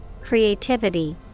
creativity